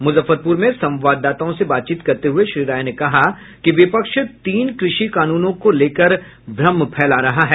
मुजफ्फरपुर में संवाददाताओं से बातचीत करते हुये श्री राय ने कहा कि विपक्ष तीन कृषि कानूनों को लेकर भ्रम फैला रहा है